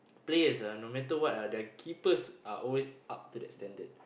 players ah no matter what ah their keepers are always up to that standard